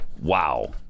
Wow